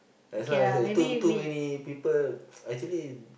that's why I say too too many people actually